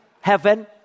heaven